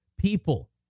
people